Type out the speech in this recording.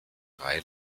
drei